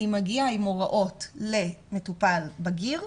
היא מגיעה עם הוראות למטופל בגיר,